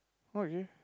okay